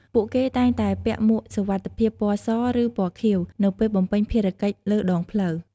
ពួកគេតែងតែពាក់មួកសុវត្ថិភាពពណ៌ស ឬពណ៌ខៀវ នៅពេលបំពេញភារកិច្ចលើដងផ្លូវ។